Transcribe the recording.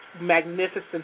magnificent